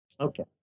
Okay